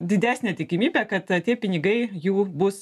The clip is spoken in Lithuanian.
didesnė tikimybė kad tie pinigai jų bus